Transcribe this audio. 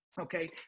Okay